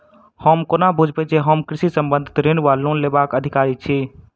हम कोना बुझबै जे हम कृषि संबंधित ऋण वा लोन लेबाक अधिकारी छी?